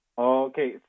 Okay